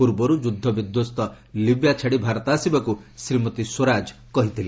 ପୂର୍ବରୁ ଯୁଦ୍ଧ ବିଧ୍ୱସ୍ତ ଲିବ୍ୟା ଛାଡ଼ି ଭାରତ ଆସିବାକୁ ଶ୍ରୀମତୀ ସ୍ୱରାଜ କହିଥିଲେ